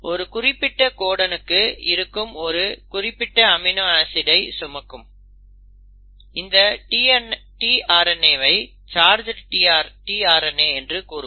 ஒரு குறிப்பிட்ட கோடனுக்கு இருக்கும் ஒரு குறிப்பிட்ட அமினோ ஆசிடை சுமக்கும் இந்த tRNAவை சார்ஜ்ட் tRNA என்று கூறுவர்